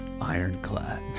Ironclad